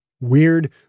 Weird